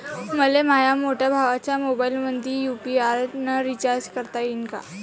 मले माह्या मोठ्या भावाच्या मोबाईलमंदी यू.पी.आय न रिचार्ज करता येईन का?